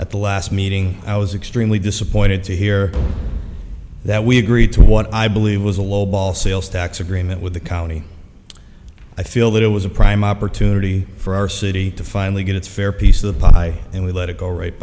at the last meeting i was extremely disappointed to hear that we agreed to what i believe was a lowball sales tax agreement with the county i feel that it was a prime opportunity for our city to finally get its fair piece of the pie and we let it go right